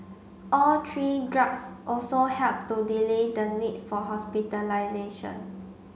all three drugs also helped to delay the need for hospitalisation